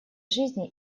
жизни